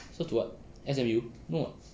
serve to what S_M_U no [what]